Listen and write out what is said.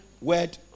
word